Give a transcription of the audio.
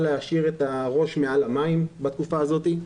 להשאיר את הראש מעל המים בתקופה הזאת.